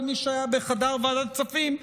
כל מי שהיה בחדר ועדת כספים,